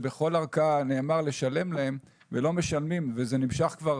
ובכל ערכאה נאמר לשלם להם ולא משלמים וזה נמשך כבר